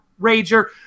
Rager